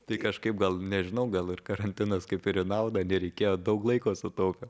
tai kažkaip gal nežinau gal ir karantinas kaip ir į naudą reikėjo daug laiko sutaupėm